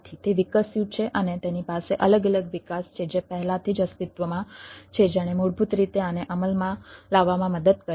તે વિકસ્યું છે અને તેની પાસે અલગ અલગ વિકાસ છે જે પહેલાથી જ અસ્તિત્વમાં છે જેણે મૂળભૂત રીતે આને અમલમાં લાવવામાં મદદ કરી છે